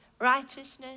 Righteousness